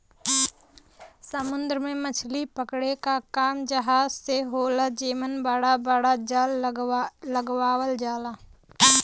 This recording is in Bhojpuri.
समुंदर में मछरी पकड़े क काम जहाज से होला जेमन बड़ा बड़ा जाल लगावल जाला